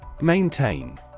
Maintain